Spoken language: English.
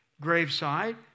graveside